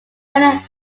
brennan